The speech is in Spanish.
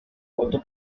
voto